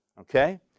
okay